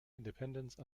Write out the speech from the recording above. independence